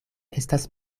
estas